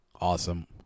Awesome